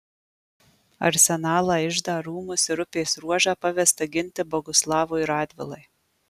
arsenalą iždą rūmus ir upės ruožą pavesta ginti boguslavui radvilai